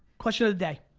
question of the day,